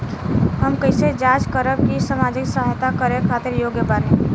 हम कइसे जांच करब की सामाजिक सहायता करे खातिर योग्य बानी?